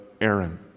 Aaron